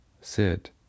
sit